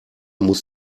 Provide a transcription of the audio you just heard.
muss